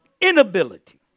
Inability